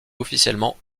officiellement